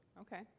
Okay